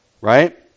right